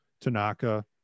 Tanaka